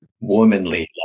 womanly